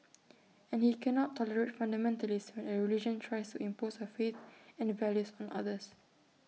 and he cannot tolerate fundamentalists when A religion tries impose A faith and values on others